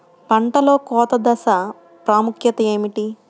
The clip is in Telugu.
పంటలో కోత దశ ప్రాముఖ్యత ఏమిటి?